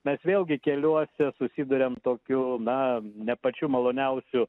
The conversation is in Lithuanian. mes vėlgi keliuose susiduriam tokiu na ne pačiu maloniausiu